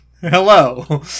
Hello